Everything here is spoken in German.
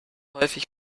häufig